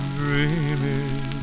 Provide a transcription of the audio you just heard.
dreaming